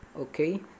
Okay